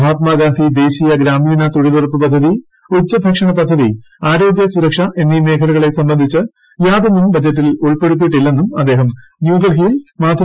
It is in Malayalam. മഹാത്മാഗാന്ധി ദേശീയ ഗ്രാമീണ തൊഴിലുറപ്പ് പദ്ധതി ഉച്ചഭക്ഷണ പദ്ധതി ആരോഗ്യ സുരക്ഷ എന്നീ മേഖലകളെ സംബന്ധിച്ച് യാതൊന്നും ബജറ്റിൽ ഉൾപ്പെടുത്തിയിട്ടില്ലെന്നും അദ്ദേഹം ന്യൂഡൽഹിയിൽ മാധ്യമങ്ങളോട് പറഞ്ഞു